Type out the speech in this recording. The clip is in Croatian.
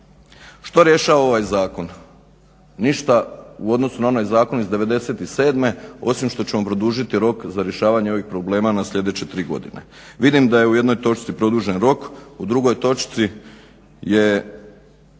Što rješava ovaj zakon? Ništa u odnosu na onaj zakon iz '97. osim što ćemo produžiti rok za rješavanje ovih problema na sljedeće 3 godine. Vidim da je u jednoj točci produžen rok, u drugoj točci je